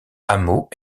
hameaux